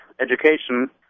Education